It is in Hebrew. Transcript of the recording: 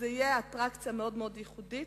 זאת תהיה אטרקציה מאוד-מאוד ייחודית,